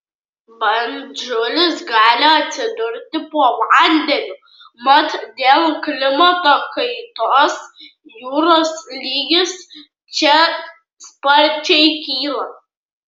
bandžulis gali atsidurti po vandeniu mat dėl klimato kaitos jūros lygis čia sparčiai kyla